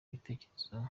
ibitekerezo